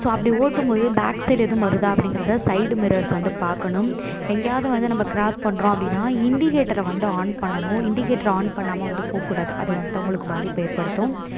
so அப்படி ஓட்டும்போது back side எதுவும் வருதா அப்படிங்கிறத சைடு மிரர்ஸ் வந்து பார்க்கணும் எங்கேயாவது வந்து நம்ம கிராஸ் பண்ணுறோம் அப்படினா இன்டிகேட்டரை வந்து ஆன் பண்ணணும் இன்டிக்கேட்ரை ஆன் பண்ணாமல் வந்து போகக்கூடாது அது மற்றவங்களுக்கு பாதிப்பை ஏற்படுத்தும்